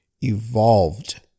evolved